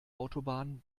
autobahn